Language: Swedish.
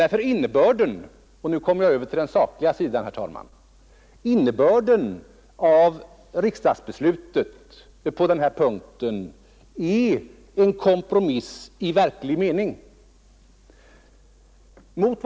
Riksdagens beslut på denna punkt var — och nu kommer jag in på sakliga sidan, herr talman — en kompromiss i verklig mening.